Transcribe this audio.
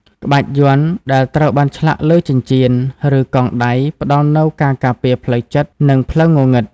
ក្បាច់យ័ន្តដែលត្រូវបានឆ្លាក់លើចិញ្ចៀន ឬកងដៃផ្តល់នូវការការពារផ្លូវចិត្ត និងផ្លូវងងឹង។